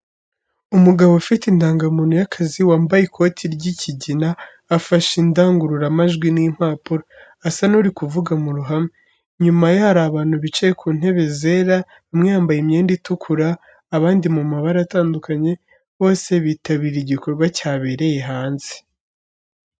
Umugabo ufite indangamuntu y'akazi, wambaye ikoti ry'ikigina, afashe indangururamajwi n’impapuro, asa n’uri kuvuga mu ruhame. Inyuma ye hari abantu bicaye ku ntebe zera, bamwe bambaye imyenda itukura, abandi mu mabara atandukanye, bose bitabiriye igikorwa cyabereye hanze.